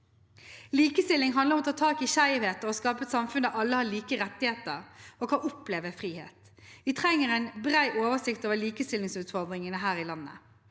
Likestilling handler om å ta tak i skjevhet og skape et samfunn der alle har like rettigheter og kan oppleve frihet. Vi trenger en bred oversikt over likestillingsutfordringene her i landet.